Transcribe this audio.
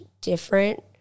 different